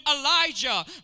Elijah